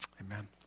Amen